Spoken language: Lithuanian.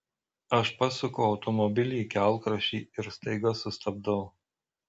aš pasuku automobilį į kelkraštį ir staiga sustabdau